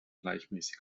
gleichmäßig